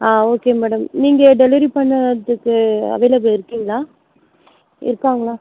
ஆ okay madam நீங்கள் delivery பண்ணுறத்துக்கு available இருக்கிங்களா இருக்காங்களா